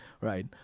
right